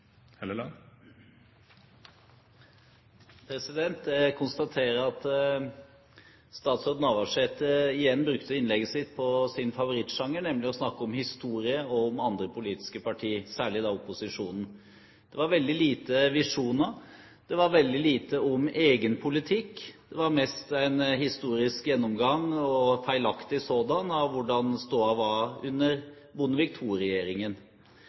Jeg konstaterer at statsråd Navarsete igjen brukte innlegget sitt på sin favorittsjanger, nemlig å snakke om historie og om andre politiske partier, særlig opposisjonen. Det var veldig få visjoner. Det var veldig lite om egen politikk. Det var mest en historisk gjennomgang – og feilaktig sådan – av hvordan stoda var under Bondevik